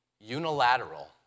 unilateral